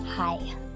Hi